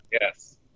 Yes